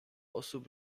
osób